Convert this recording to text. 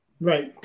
Right